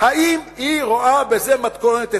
אם היא רואה בזה מתכונת אפשרית.